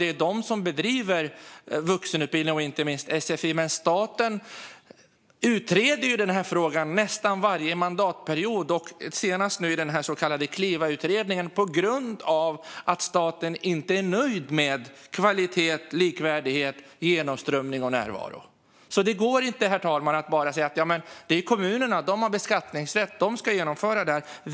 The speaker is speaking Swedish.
Det är de som bedriver vuxenutbildning och, inte minst, sfi. Men staten utreder frågan nästan varje mandatperiod, senast i den så kallade Klivautredningen, på grund av att staten inte är nöjd med kvalitet, likvärdighet, genomströmning och närvaro. Det går inte, herr talman, att bara säga att det är kommunerna som har beskattningsrätt och att det är de som ska genomföra det här.